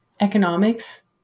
economics